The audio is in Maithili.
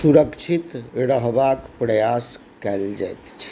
सुरक्षित रहबाके प्रयास कएल जाइत छै